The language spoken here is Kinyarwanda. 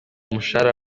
umushahara